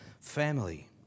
family